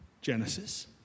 Genesis